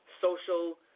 social